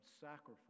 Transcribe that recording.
sacrifice